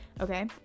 okay